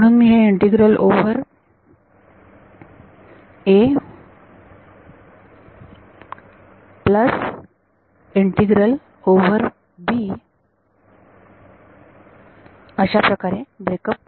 म्हणून मी हे integral over a plus integral over b अशाप्रकारे ब्रेकअप करू शकते